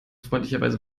freundlicherweise